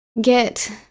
Get